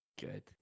Good